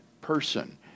person